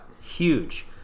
Huge